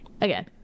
again